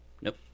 Nope